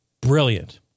brilliant